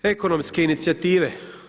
Ekonomske inicijative.